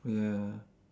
ya